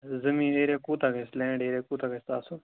زمیٖن ایریا کوتاہ گَژھِ لینٛڈ ایریا کوتاہ گَژھِ تَتھ آسُن